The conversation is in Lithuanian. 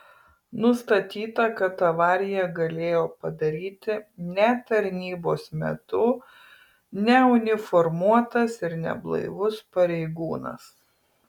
nustatyta kad avariją galėjo padaryti ne tarnybos metu neuniformuotas ir neblaivus pareigūnas